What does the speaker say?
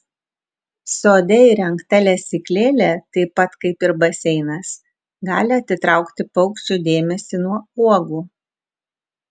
sode įrengta lesyklėlė taip pat kaip ir baseinas gali atitraukti paukščių dėmesį nuo uogų